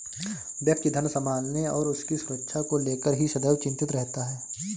व्यक्ति धन संभालने और उसकी सुरक्षा को लेकर ही सदैव चिंतित रहता है